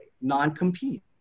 Non-compete